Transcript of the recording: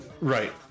Right